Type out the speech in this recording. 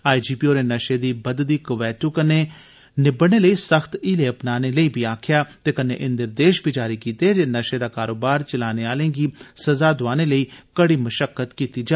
IGP होरें नशे दी बघदी कवैतु कन्नै निब्बड़ने लेई सख्त हीले अपनाने लेई बी आरखेआ ते कन्नै एह् निर्देश बी जारी कीते जे नशे दा कारोबार चलाने आह्लें गी सजा दोआने लेई कड़ी मशक्कत कीती जा